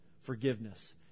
forgiveness